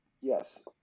Yes